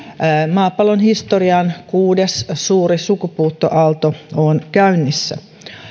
maapallon historian kuudes suuri sukupuuttoaalto on käynnissä